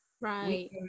Right